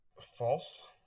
false